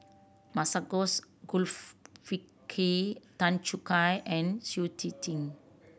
Masagos Tan Choo Kai and Shui Tit Ting